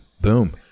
boom